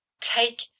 Take